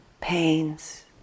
pains